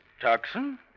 Toxin